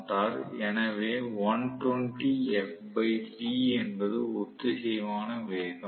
எனவே என்பது ஒத்திசைவான வேகம்